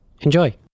Enjoy